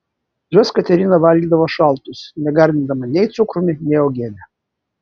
juos katerina valgydavo šaltus negardindama nei cukrumi nei uogiene